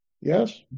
Yes